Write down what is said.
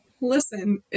Listen